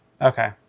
okay